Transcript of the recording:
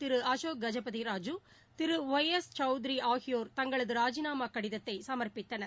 திரு Ashoka Gajapathi Raju Thiru Y S Chowdary ஆகியோர் தங்களது ராஜிநாமா கடிதத்தை சம்ப்பித்தனர்